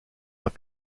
pas